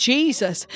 Jesus